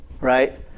Right